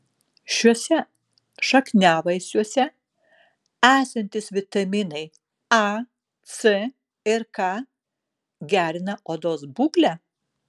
šiuose šakniavaisiuose esantys vitaminai a c ir k gerina odos būklę